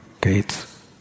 gates